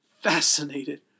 fascinated